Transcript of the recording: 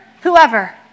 whoever